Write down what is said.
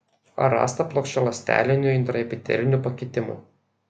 ar rasta plokščialąstelinių intraepitelinių pakitimų